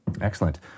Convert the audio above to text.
Excellent